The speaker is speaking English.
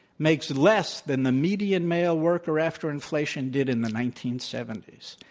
makes less than the median male worker after inflation did in the nineteen seventy s.